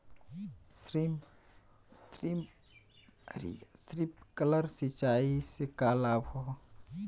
Sprinkler सिंचाई से का का लाभ ह?